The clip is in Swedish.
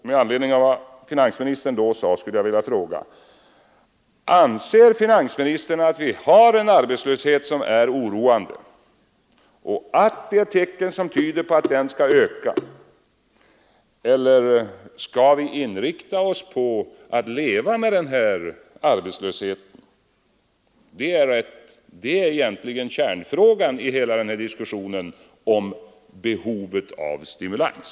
Med anledning av vad finansministern då sade skulle jag vilja fråga: Anser finansministern att vi har en arbetslöshet som är oroande och att det finns tecken som tyder på att den kommer att öka? Eller skall vi inrikta oss på att leva med den här arbetslösheten? Detta är egentligen kärnfrågan i hela den här diskussionen om behovet om stimulans.